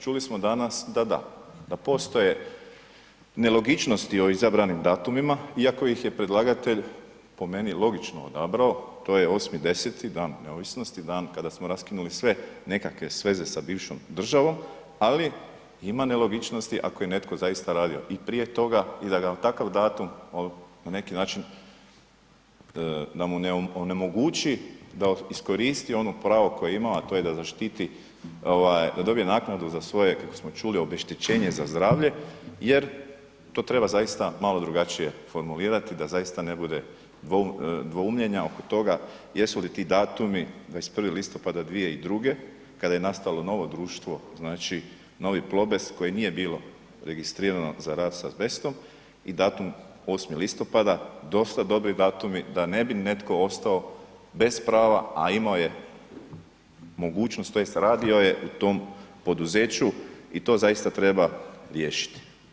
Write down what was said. Čuli smo danas da da, da postoje nelogičnosti o izabranim datumima iako ih je predlagatelj po meni logično odabrao, to je 8.10., dan Neovisnosti, dan kada smo raskinuli sve nekakve sveze sa bivšom državom, ali ima nelogičnosti ako je netko zaista radio i prije toga i da ga takav datum na neki način, da mu onemogući da iskoristi ono pravo koje je imao, a to je da zaštiti, da dobije naknadu za svoje, kako smo čuli, obeštećenje za zdravlje jer to treba zaista malo drugačije formulirati da zaista ne bude dvoumljenja oko toga jesu li ti datumi 21.10.2002. kada je nastalo novo društvo, znači Novi Plobes koji nije bilo registrirano za rad s azbestom i datum 8.10. dosta dobri datumi da ne bi netko ostao bez prava, a imao je mogućnost tj. radio je u tom poduzeću i to zaista treba riješiti.